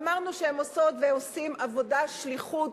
אמרנו שהם עושות ועושים עבודת שליחות.